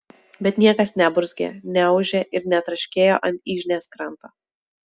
bet niekas neburzgė neūžė ir netraškėjo ant yžnės kranto